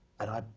and i,